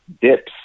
dips